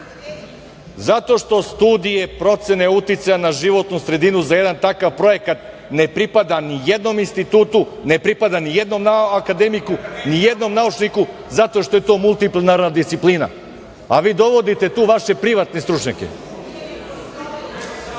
zato što studije procene uticaja na životnu sredinu za jedan takav projekat ne pripada nijednom institutu, ne pripada nijednom akademiku, nijednom naučniku, zato što je to multiplinarna disciplina, a vi dovodite tu vaše privatne stručnjake, Vidim